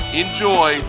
enjoy